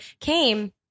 came